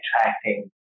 attracting